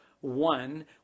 one